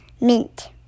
mint